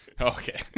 Okay